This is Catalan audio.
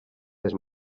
les